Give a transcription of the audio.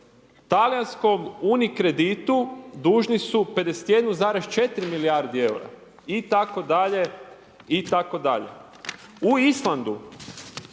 talijanskom UniCredit-u dužni su 51,4 milijardi EUR-a, i tako dalje, i tako dalje. U Islandu